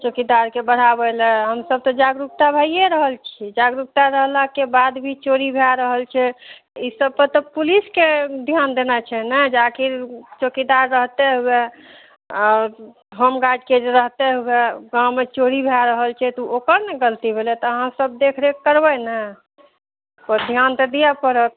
चौकीदारके बढ़ाबैलए हमसभ तऽ जागरूकता भैए रहल छी जागरूकता रहलाके बाद भी चोरी भए रहल छै ईसबपर तऽ पुलिसके धिआन देनाइ छै ने जे आखिर चौकीदार रहिते हुए आओर होमगार्डके जे रहिते हुए गाममे चोरी भए रहल छै तऽ ओकर ने गलती भेलै तऽ अहाँसभ देखरेख करबै ने धिआन तऽ दिअऽ पड़त